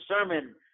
sermon